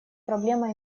проблема